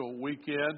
weekend